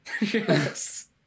Yes